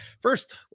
First